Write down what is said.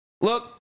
look